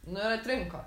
nu i atrinko